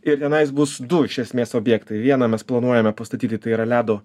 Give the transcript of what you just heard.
ir tenais bus du iš esmės objektai vieną mes planuojame pastatyti tai yra ledo